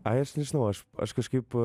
ai aš nežinau aš aš kažkaip